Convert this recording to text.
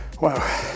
wow